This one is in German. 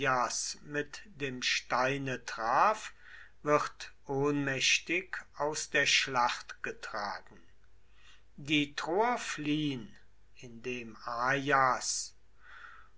mit dem steine traf wird ohnmächtig aus der schlacht getragen die troer fliehn indem